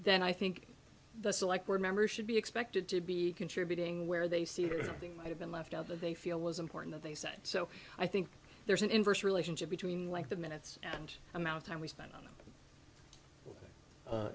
then i think the select remember should be expected to be contributing where they see the thing might have been left out that they feel was important that they said so i think there's an inverse relationship between like the minutes and amount of time we spend on them